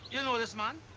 you know this man?